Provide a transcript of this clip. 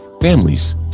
families